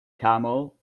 camel